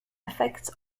effects